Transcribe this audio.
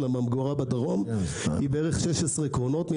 לממגורה בדרום היא כ-16 או 12 קרונות